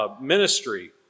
ministry